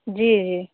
जी जी